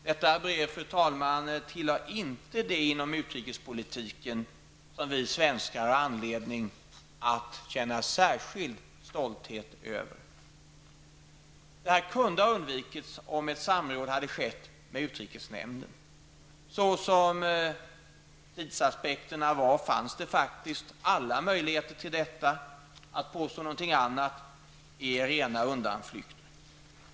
Detta brev, fru talman, tillhör inte det inom utrikespolitiken som vi svenskar har anledning att känna särskilt stor stolthet över. Detta kunde ha undvikits om ett samråd hade skett med utrikesnämnden. Med hänsyn till tidsaspekterna fanns det faktiskt alla möjligheter till detta, att påstå något annat är undanflykter.